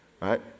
right